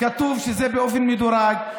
כתוב שזה יהיה באופן מדורג.